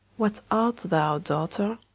what art thou, daughter?